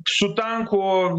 su tanku